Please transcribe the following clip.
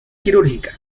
quirúrgica